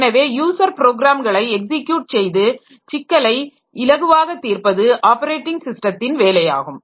எனவே யூசர் ப்ரோக்ராம்களை எக்ஸிக்யூட் செய்து சிக்கலை இலகுவாக தீர்ப்பது ஆப்பரேட்டிங் ஸிஸ்டத்தின் வேலையாகும்